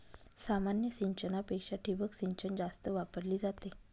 सामान्य सिंचनापेक्षा ठिबक सिंचन जास्त वापरली जाते